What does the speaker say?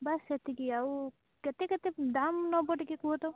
ବାସ୍ ସେତିକି ଆଉ କେତେ କେତେ ଦାମ୍ ନବ ଟିକେ କୁହ ତ